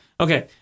Okay